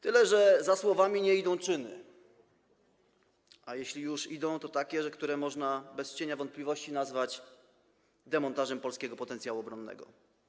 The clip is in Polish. Tyle że za słowami nie idą czyny, a jeśli już idą, to takie, które bez cienia wątpliwości można nazwać demontażem polskiego potencjału obronnego.